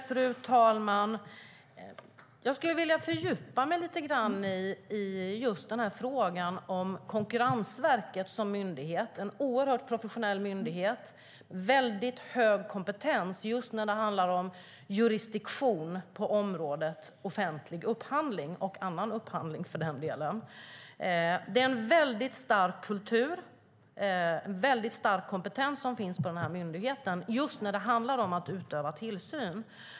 Fru talman! Jag skulle vilja fördjupa mig lite grann i frågan om Konkurrensverket som myndighet, en oerhört professionell myndighet med mycket hög kompetens just när det handlar om jurisdiktion på området offentlig upphandling och för den delen också annan upphandling. Det är en stark kultur och en stark kompetens som finns på den myndigheten just när det handlar om att utöva tillsyn.